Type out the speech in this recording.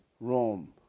Rome